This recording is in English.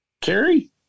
Carrie